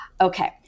Okay